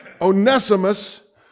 Onesimus